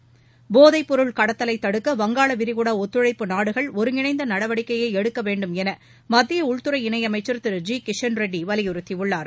றி போதைப்பொருள் கடத்தலை தடுக்க வங்காள விரிகுடா ஒத்தழைப்பு நாடுகள் ஒருங்கிணநைத நடவடிக்கையை எடுக்க வேண்டுமௌ மத்திய உள்துறை இணையமைச்சர் திரு ஜி கிஷன் ரெட்டி வலியுறுத்தியுள்ளார்